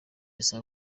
saa